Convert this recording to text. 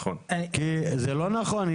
זה לא נכון,